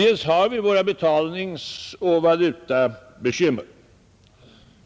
Dels har vi våra betalningsoch valutabekymmer.